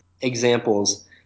examples